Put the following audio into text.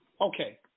Okay